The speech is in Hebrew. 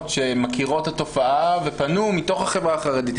שמכירות את התופעה ופנו מתוך החברה החרדית,